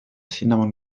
cinnamon